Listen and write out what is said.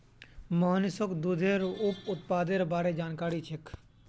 मोहनीशक दूधेर उप उत्पादेर बार जानकारी छेक